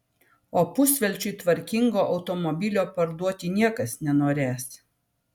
o pusvelčiui tvarkingo automobilio parduoti niekas nenorės